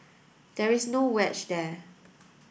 there is no wedge there